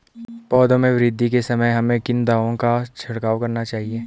पौधों में वृद्धि के समय हमें किन दावों का छिड़काव करना चाहिए?